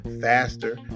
faster